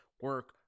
Work